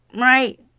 right